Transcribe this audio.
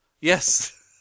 Yes